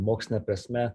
moksline prasme